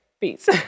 Peace